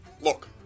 Look